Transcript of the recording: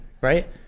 right